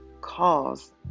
cause